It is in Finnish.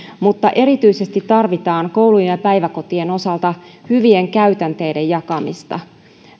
mutta erityisesti tarvitaan koulujen ja päiväkotien osalta hyvien käytänteiden jakamista